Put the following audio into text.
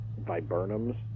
viburnums